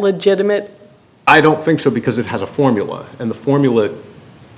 legitimate i don't think so because it has a formula in the formula that